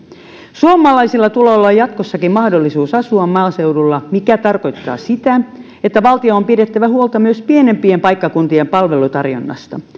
suomalaisilla tulee olla jatkossakin mahdollisuus asua maaseudulla mikä tarkoittaa sitä että valtion on pidettävä huolta myös pienempien paikkakuntien palvelutarjonnasta